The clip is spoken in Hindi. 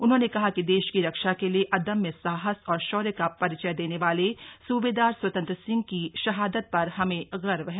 उन्होंने कहा है कि देश की रक्षा के लिए अदम्य साहस और शौर्य का परिचय देने वाले सूबेदार स्वतंत्र सिंह की शहादत पर हमें गर्व है